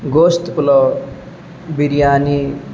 گوشت پلاؤ بریانی